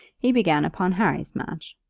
he began upon harry's match.